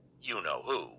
you-know-who